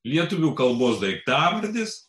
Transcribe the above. lietuvių kalbos daiktavardis